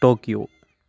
Tokyo